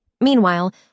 Meanwhile